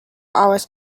hours